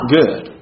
good